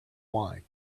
wine